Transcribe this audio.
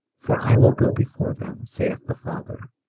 for i will go before them, saith the father,